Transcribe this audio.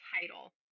title